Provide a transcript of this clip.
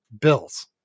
bills